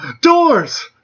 doors